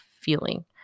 feeling